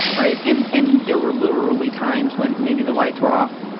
right? and, and there were literally times when, maybe the lights were off,